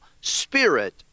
spirit